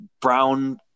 Brown